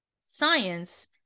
science